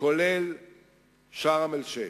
כולל שארם-א-שיח'.